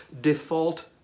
default